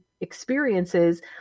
experiences